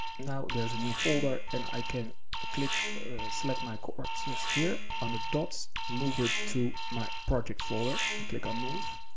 now there's a new folder and i can click select my courses here on the dots. move it to my project folder and click on move.